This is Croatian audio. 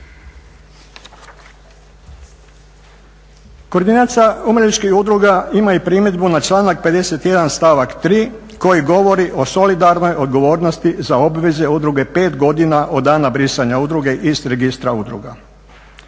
Koordinacija umirovljeničkih udruga imaju primjedbu na članak 51. stavak 3. koji govori o solidarnoj odgovornosti za obveze udruge pet godina od dana brisanja udruge iz registra udruga.